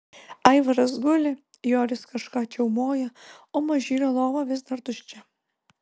aivaras guli joris kažką čiaumoja o mažylio lova vis dar tuščia